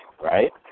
right